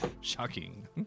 Shocking